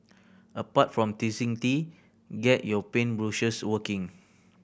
apart from teasing tea get your paint brushes working